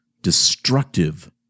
destructive